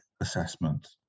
assessment